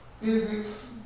physics